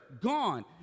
gone